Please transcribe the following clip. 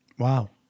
Wow